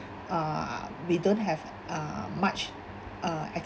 uh we don't have uh much uh